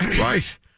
Right